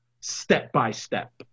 step-by-step